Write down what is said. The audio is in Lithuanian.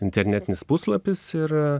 internetinis puslapis ir